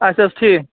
اَچھا حظ ٹھیٖک